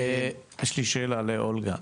יש לי שאלה לאולגה,